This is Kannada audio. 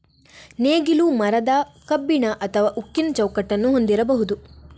ನೇಗಿಲು ಮರದ, ಕಬ್ಬಿಣ ಅಥವಾ ಉಕ್ಕಿನ ಚೌಕಟ್ಟನ್ನು ಹೊಂದಿರಬಹುದು